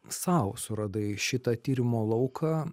sau suradai šitą tyrimo lauką